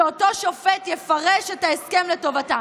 שאותו שופט יפרש את ההסכם לטובתם.